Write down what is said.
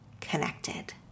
connected